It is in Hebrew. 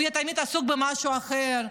והוא יהיה תמיד עסוק במשהו אחר.